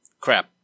crap